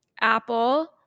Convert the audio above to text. apple